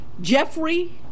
Jeffrey